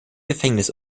gefängnis